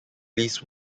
least